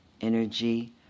energy